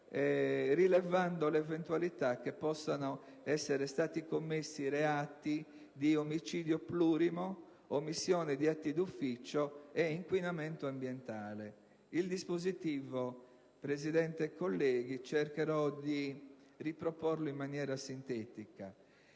rilevando l'eventualità che possano essere stati commessi reati di omicidio plurimo, omissione di atti d'ufficio e inquinamento ambientale. Il dispositivo, signor Presidente e colleghi, cercherò di riproporlo in maniera sintetica.